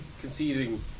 conceding